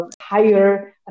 higher